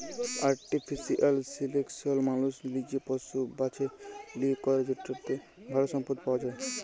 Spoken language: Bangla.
আর্টিফিশিয়াল সিলেকশল মালুস লিজে পশু বাছে লিয়ে ক্যরে যেটতে ভাল সম্পদ পাউয়া যায়